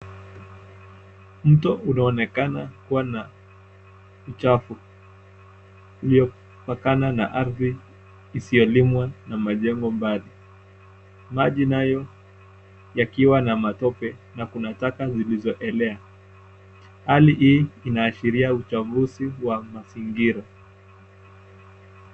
Mto unaonekana kuwa na uchafu, uliyopakana na ardhi isiyolimwa na majengo mbali. Maji nayo yakiwa na matope na kuna taka zilizoelea, hali hii inaashiria uchafuzi wa mazingira.